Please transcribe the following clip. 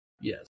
Yes